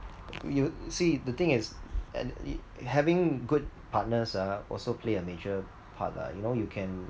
you see the thing is and it having good partners ah also play a major part lah you know you can